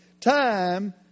time